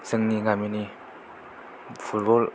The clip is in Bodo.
जोंनि गामिनि फुटबल